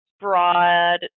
broad